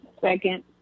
Second